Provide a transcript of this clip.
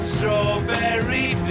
Strawberry